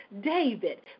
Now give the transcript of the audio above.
David